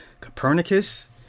Copernicus